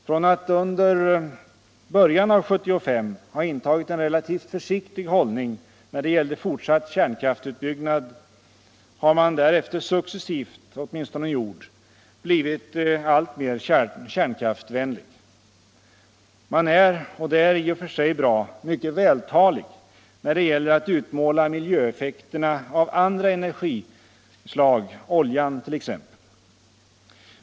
Från att under början av 1975 ha intagit en relativt försiktig hållning när det gällde fortsatt kärnkraftsutbyggnad har man därefter successivt — åtminstone i ord — blivit alltmer kärnkraftsvänlig. Man är — och det är i och för sig bra — mycket vältalig när det gäller att utmåla miljöeffekterna av andra energislag, t.ex. oljan.